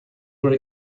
were